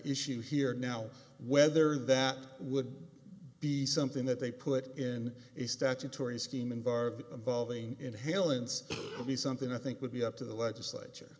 issue here now whether that would be something that they put in a statutory scheme in bar involving inhalants would be something i think would be up to the legislature